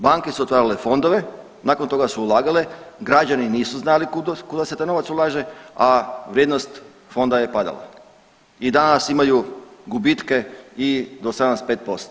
Banke su otvarale fondove, nakon toga su ulagale, građani nisu znali kuda se taj novac ulaže, a vrijednost fonda je padala i danas imaju gubitke i do 75%